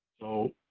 so,